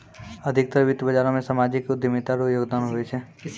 अधिकतर वित्त बाजारो मे सामाजिक उद्यमिता रो योगदान हुवै छै